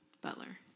Butler